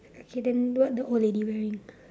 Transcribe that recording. okay then what the old lady wearing